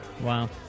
wow